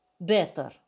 better